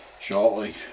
Shortly